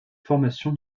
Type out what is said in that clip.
formation